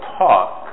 talk